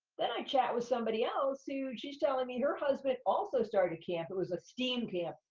then i chat with somebody else who, she's telling me her husband also started camp. it was a steam camp,